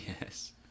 yes